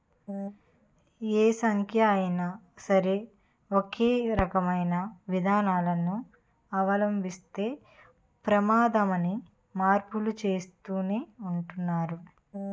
ఏ సంస్థ అయినా సరే ఒకే రకమైన విధానాలను అవలంబిస్తే ప్రమాదమని మార్పులు చేస్తూనే ఉంటున్నారు